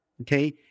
okay